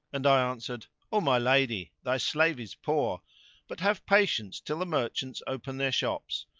and i answered, o my lady, thy slave is poor but have patience till the merchants open their shops,